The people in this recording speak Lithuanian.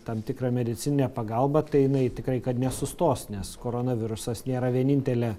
tam tikrą medicininę pagalbą tai jinai tikrai kad nesustos nes koronavirusas nėra vienintelė